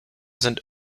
sind